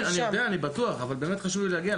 לא, אני יודע, אני בטוח, אבל באמת חשוב לי להגיע.